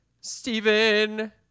Stephen